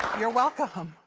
you're welcome.